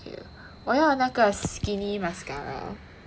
我要那个 skinny mascara